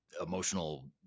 emotional